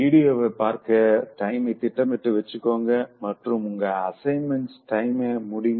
வீடியோவை பார்க்க டைமை திட்டமிட்டு வச்சுக்கோங்க மற்றும் உங்க அசைன்மென்ட் டைமுக்கு முடிங்க